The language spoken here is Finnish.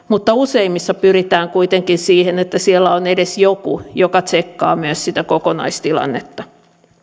mutta useimmissa pyritään kuitenkin siihen että siellä on edes joku joka tsekkaa myös sitä kokonaistilannetta